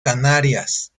canarias